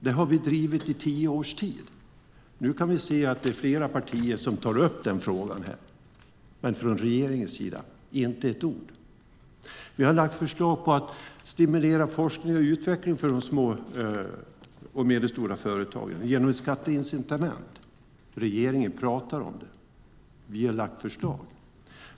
Det har vi drivit i tio års tid. Nu kan vi se att det är flera partier som tar upp den frågan. Men från regeringens sida kommer inte ett ord. Vi har lagt fram förslag om att stimulera forskning och utveckling för de små och medelstora företagen genom ett skatteincitament. Regeringen talar om det, vi har lagt fram förslag.